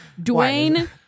Dwayne